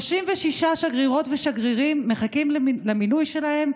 36 שגרירות ושגרירים מחכים למילוי שלהם,